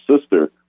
sister